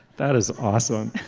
that is awesome.